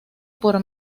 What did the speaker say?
por